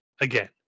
again